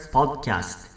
Podcast